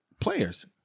Players